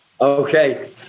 Okay